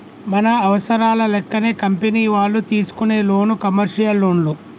మన అవసరాల లెక్కనే కంపెనీ వాళ్ళు తీసుకునే లోను కమర్షియల్ లోన్లు